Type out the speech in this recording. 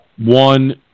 one